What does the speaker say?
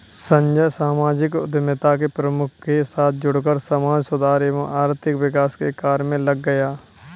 संजय सामाजिक उद्यमिता के प्रमुख के साथ जुड़कर समाज सुधार एवं आर्थिक विकास के कार्य मे लग गया